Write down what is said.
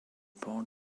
part